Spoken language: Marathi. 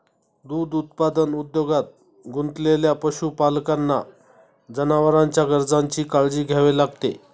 दूध उत्पादन उद्योगात गुंतलेल्या पशुपालकांना जनावरांच्या गरजांची काळजी घ्यावी लागते